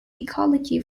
ecology